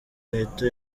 leta